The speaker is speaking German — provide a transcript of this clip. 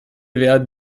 werden